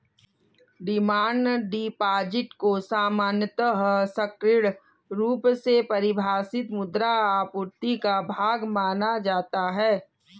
demand deposit को सामान्यतः संकीर्ण रुप से परिभाषित मुद्रा आपूर्ति का भाग माना जाता है